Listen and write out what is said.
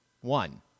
one